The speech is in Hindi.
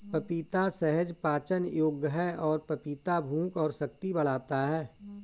पपीता सहज पाचन योग्य है और पपीता भूख और शक्ति बढ़ाता है